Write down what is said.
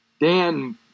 Dan